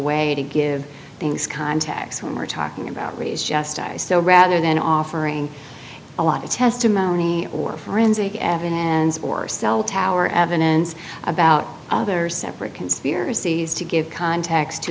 way to give things context when we're talking about race just so rather than offering a lot of testimony or forensic evidence and or cell tower evidence about other separate conspiracies to give context to